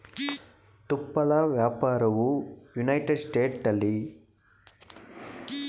ತುಪ್ಪಳ ವ್ಯಾಪಾರವು ಯುನೈಟೆಡ್ ಸ್ಟೇಟ್ಸ್ನಲ್ಲಿ ಪ್ರಮುಖವಾದ ಆರ್ಥಿಕ ಪಾತ್ರವನ್ನುವಹಿಸ್ತದೆ